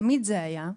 תמיד זה היה,